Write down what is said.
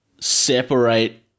separate